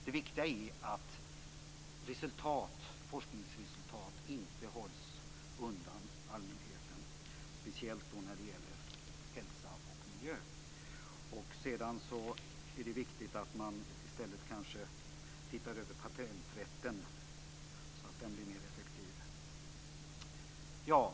Det viktiga är att forskningsresultat inte hålls undan allmänheten, speciellt när det gäller hälsa och miljö. Sedan är det kanske viktigt att man i stället tittar över patenträtten, så att den blir mer effektiv.